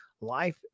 Life